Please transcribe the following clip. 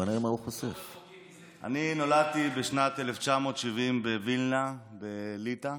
אני נולדתי בשנת 1970 בווילנה בליטא,